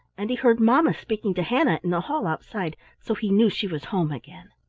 and he heard mamma speaking to hannah in the hall outside, so he knew she was home again.